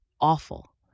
awful